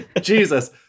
Jesus